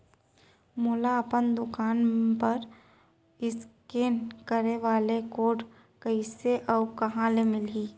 मोला अपन दुकान बर इसकेन करे वाले कोड कइसे अऊ कहाँ ले मिलही?